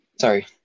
Sorry